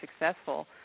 successful